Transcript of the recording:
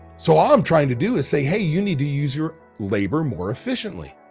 so all i'm trying to do is say, hey, you need to use your labor more efficiently.